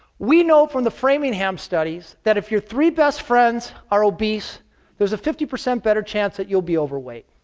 we know from the framingham studies, that if your three best friends are obese there is a fifty percent better chance that you'll be overweight.